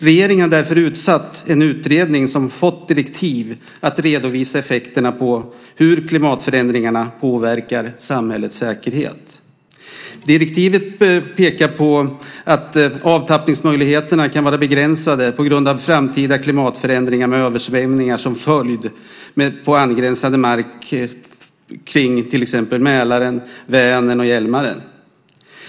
Regeringen har därför tillsatt en utredning som har fått direktiv att redovisa effekterna av klimatförändringarnas påverkan på samhällets säkerhet. Direktivet pekar på att avtappningsmöjligheterna kan vara begränsade på grund av framtida klimatförändringar med översvämningar som följd på angränsande mark kring till exempel Mälaren, Vänern och Hjälmaren.